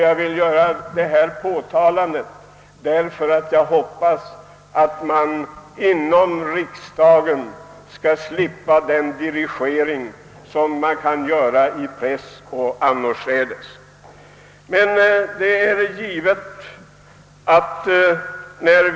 Jag vill påtala detta i förhoppning om att vi inom riksdagen skall slippa en liknande dirigering som den som förekommer i press, radio, TV och annorstädes.